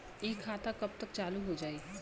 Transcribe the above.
इ खाता कब तक चालू हो जाई?